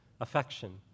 affection